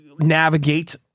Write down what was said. navigate